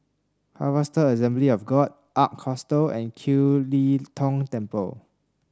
Harvester Assembly of God Ark Hostel and Kiew Lee Tong Temple